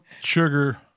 sugar